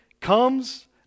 comes